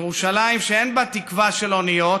ירושלים שאין בה תקווה של אוניות,